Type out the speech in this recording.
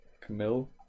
Camille